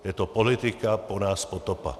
Je to politika po nás potopa.